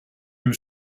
you